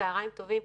צוהריים טובים.